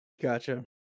Gotcha